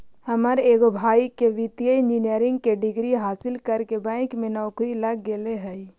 हमर एगो भाई के वित्तीय इंजीनियरिंग के डिग्री हासिल करके बैंक में नौकरी लग गेले हइ